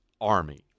army